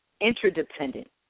interdependent